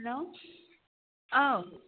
हेल' औ